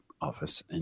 office